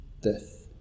death